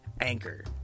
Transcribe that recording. Anchor